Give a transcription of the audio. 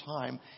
time